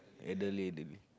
elderly elderly